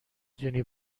دونی